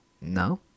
No